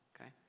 okay